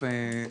ראשית,